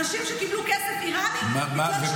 אנשים שקיבלו כסף איראני --- שלטים